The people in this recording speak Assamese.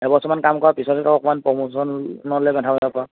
এবছৰমান কাম কৰা পিছতহে ত' অকণমান প্ৰমোশ্যনলৈ মাথা মাৰিব পাৰোঁ